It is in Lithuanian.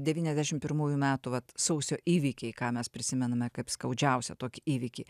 devyniasdešim pirmųjų metų va sausio įvykiai ką mes prisimename kaip skaudžiausią tokį įvykį